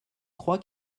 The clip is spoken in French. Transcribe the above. crois